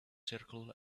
circular